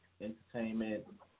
Entertainment